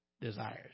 desires